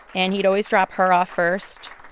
and he'd always drop her off first.